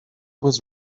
was